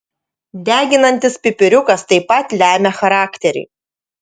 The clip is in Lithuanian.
deginantis pipiriukas taip pat lemia charakterį